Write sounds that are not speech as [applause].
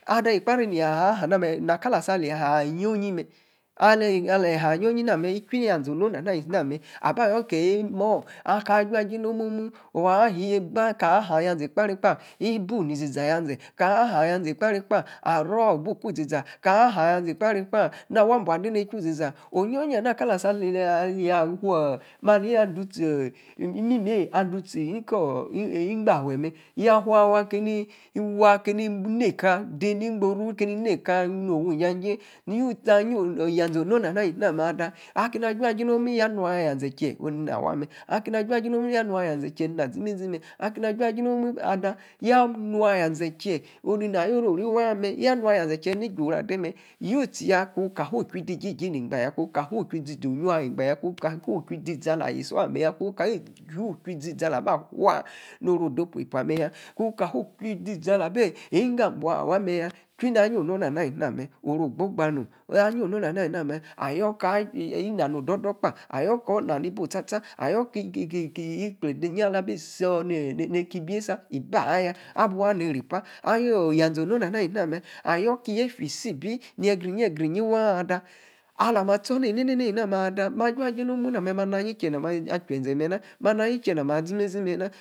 Ada, Ekpari neyi, ahaa, aha namer, kala asa leyi ah yio-yie mer, aleyi aha yio yee na mer, aleyi aha- yio- yie mer, eche-di yaza. Oh no-na, ali-si na mer aba yor keyi imimor aka, ajua-ji nomu-mu, waa, heba, kah-haa, yazee ekpari, kpa ey bua ba buku iziza kaha, ha yazee, ekpari kpa aro bu ku-izi-za, ah, haa yaa zee ekpari kpa waa, abu, ade ne-duu isi-za oh-yio-yie ama, kali-asa [unintelligible] ni-awu maley adu-tie, eeh, imimeyi adu tie kor-gbate mor, ya- fua- awa, kemey ne-ka demi igboru, keni ne-ka no-won-isa-jie yui-tie, amieyi yaze, onnu- ama alina mer ada akeni ajua, ji nomu, yaa nua yazee che oh nena, awa mer, akeni ajua-jie nomu yaa, nua, yazee che, nena, azi, ine-zi mer akeni ajua jie, nomu, nua-yazee che, oh, nena ayo-ori waa mer, yaa nua, yazee che, neni ju-oru ade-mer, yui-tie yaa, ku-ka fuu chuide-jijji, ne-baya ku-ka, fuu-chui, dua, eba yaa, ku-ka, fuu chui de-izi, alah, ayi-sa-ah ku-ka fuu chui de-iza iah ba fuu, no-oru ode-opu-epa mer yaa, ku-ka fuu chui de-za abi inggo abua, awa meyaa, chui, na-ayiey ono-na-ama ali-namer, oru-ogbo-ba-nom, ayie ono, na, ana-ali-na mer ayor, akor-na odor dor, kpa ayor, ako, na- ni- bi osta- sta, ayor ke, ikplede, iyie, ala bi-sor, neka, ayor, bi,-ibie-sa, ibi ayaa, abu, anah-irr-pa, ahie, yaza, ono-nah ali na mer, ayor, aki yefia iyie-bi, ye-gre gre yin-waa, ada alah ma, stor na, amena, namer, ada ma jua-jie nomu, nah mer, ma na- ayieyi-kie, na-ma ache. zee mena, ma na ayie-che na ma- azimezi mer na.